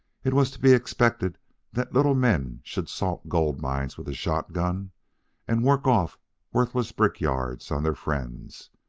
it was to be expected that little men should salt gold-mines with a shotgun and work off worthless brick-yards on their friends,